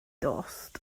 dost